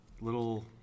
little